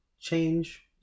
change